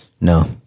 no